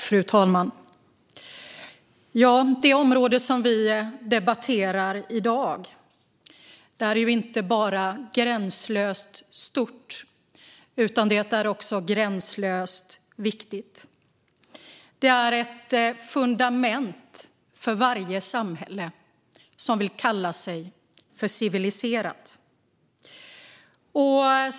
Fru talman! Det område som vi debatterar i dag är inte bara gränslöst stort utan också gränslöst viktigt. Det är ett fundament för varje samhälle som vill kalla sig civiliserat.